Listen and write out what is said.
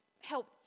help